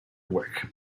work